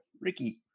Ricky